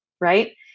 right